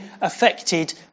affected